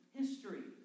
history